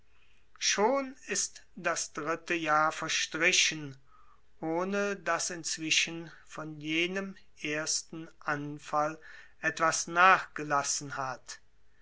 schon ist das dritte jahr verstrichen ohne daß inzwischen von jenem ersten anfall etwas nachgelassen hat